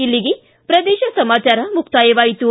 ಇಲ್ಲಿಗೆ ಪ್ರದೇಶ ಸಮಾಚಾರ ಮುಕ್ತಾಯವಾಯಿತು